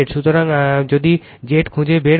সুতরাং যদি Z খুঁজে বের করে